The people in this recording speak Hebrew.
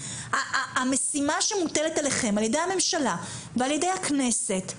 המשימה שמוטלת עליכם על ידי הממשלה ועל ידי הכנסת,